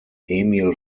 emil